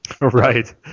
Right